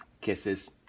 Kisses